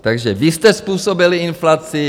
Takže vy jste způsobili inflaci.